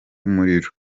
umuriro